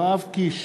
יואב קיש,